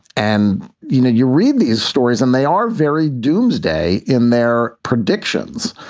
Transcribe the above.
and, you know, you read these stories and they are very domesday in their predictions.